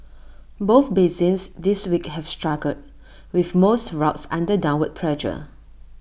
both basins this week have struggled with most routes under downward pressure